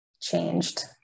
changed